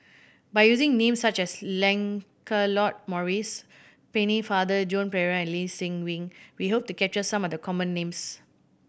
by using names such as Lancelot Maurice Pennefather Joan Pereira and Lee Seng Wee we hope to capture some of the common names